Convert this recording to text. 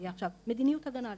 שתהיה עכשיו מדיניות הגנה בישראל.